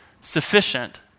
sufficient